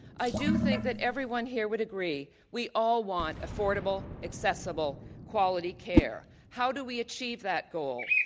i do think that everyone here would agree we all want affordable, acceptable quality care. how do we achieve that goal?